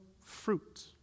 fruit